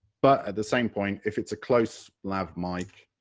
but at the same point, if it's a close lav mic,